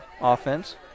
offense